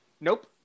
Nope